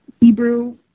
Hebrew